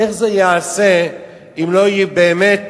איך זה ייעשה אם לא יהיו באמת